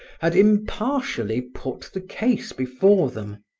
had impartially put the case before them.